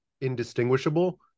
indistinguishable